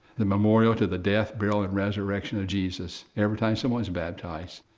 the memorial to the death, burial and resurrection of jesus, every time someone's baptized,